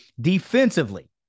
Defensively